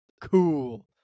cool